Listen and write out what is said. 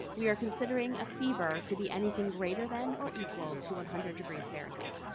we are considering a fever to be anything greater than or equal to one hundred degrees fahrenheit.